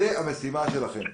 זו המשימה שלכם.